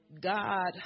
God